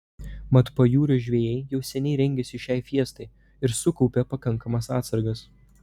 mat pajūrio žvejai jau seniai rengėsi šiai fiestai ir sukaupė pakankamas atsargas